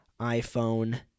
iPhone